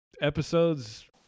episodes